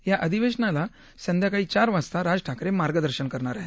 या अधिवेशनाला संध्याकाळी चार वाजता राज ठाकरे मार्गदर्शन करणार आहेत